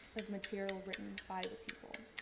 of material written by the people,